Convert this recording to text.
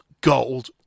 gold